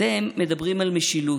אתם מדברים על משילות,